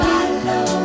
Follow